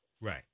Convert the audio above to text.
Right